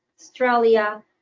Australia